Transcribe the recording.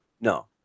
No